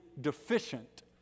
deficient